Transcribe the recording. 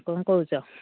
କ'ଣ କହୁଚ